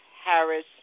Harris